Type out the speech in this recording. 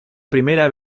primera